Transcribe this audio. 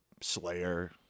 Slayer